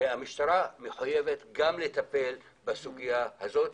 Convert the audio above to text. והמשטרה מחויבת גם לטפל בסוגיה הזאת,